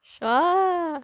sure